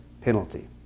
penalty